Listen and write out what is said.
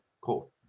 Cool